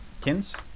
Kins